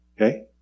Okay